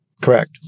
Correct